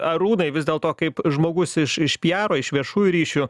arūnai vis dėl to kaip žmogus iš iš piaro iš viešųjų ryšių